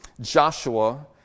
Joshua